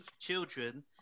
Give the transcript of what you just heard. children